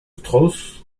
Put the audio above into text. strauss